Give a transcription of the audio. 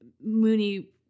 Mooney